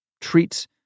treats